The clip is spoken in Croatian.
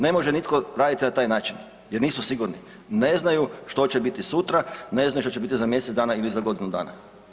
Ne može nitko raditi na taj način jer nisu sigurni, ne znaju što će biti sutra, ne znaju što će biti za mj. dana ili za godinu dana.